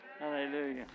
Hallelujah